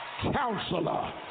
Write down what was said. Counselor